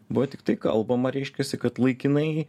buvo tiktai kalbama reiškiasi kad laikinai